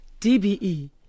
DBE